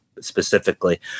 specifically